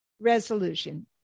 Resolution